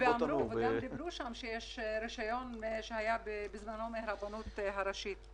גם אמרו שם שיש רישיון שהיה בזמנו מהרבנות הראשית.